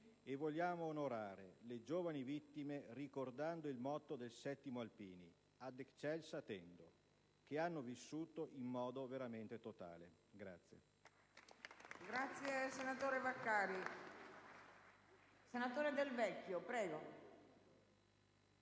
(e vogliamo onorare le giovani vittime ricordando il motto del 7° Reggimento Alpini**,** *ad excelsa tendo*), che hanno vissuto in modo veramente totale.